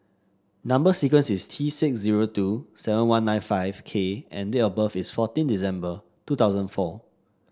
number sequence is T six zero two seven one nine five K and date of birth is fourteen December two thousand and four